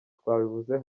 twabivuze